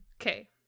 Okay